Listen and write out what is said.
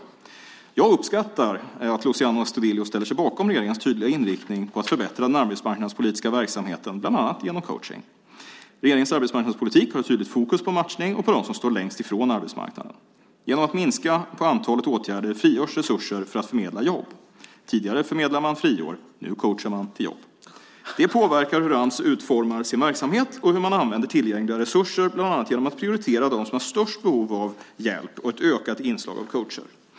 Jag uppskattar att Luciano Astudillo ställer sig bakom regeringens tydliga inriktning på att förbättra den arbetsmarknadspolitiska verksamheten genom bland annat coachning. Regeringens arbetsmarknadspolitik har ett tydligt fokus på matchning och på dem som står längst från arbetsmarknaden. Genom att minska antalet åtgärder frigörs resurser för att förmedla jobb. Tidigare förmedlade man friår, nu coachar man till jobb. Det påverkar hur Ams utformar sin verksamhet och hur man använder tillgängliga resurser, bland annat genom att prioritera dem som har störst behov av hjälp och ett ökat inslag av coacher.